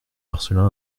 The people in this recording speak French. marcelin